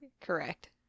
Correct